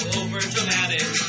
overdramatic